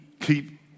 keep